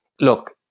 Look